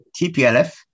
TPLF